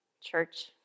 Church